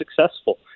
successful